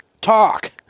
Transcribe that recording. Talk